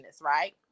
right